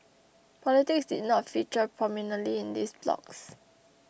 politics did not feature prominently in these blogs